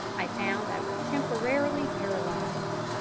i found i was temporarily paralysed.